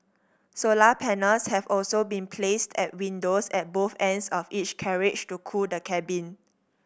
solar panels have also been placed at windows at both ends of each carriage to cool the cabin